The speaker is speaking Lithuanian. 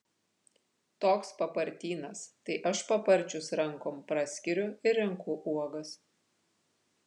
toks papartynas tai aš paparčius rankom praskiriu ir renku uogas